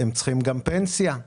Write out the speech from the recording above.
הם צריכים גם פנסיה,